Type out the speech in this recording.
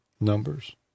Numbers